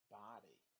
body